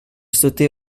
sautait